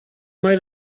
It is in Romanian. mai